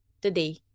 today